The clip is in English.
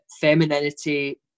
femininity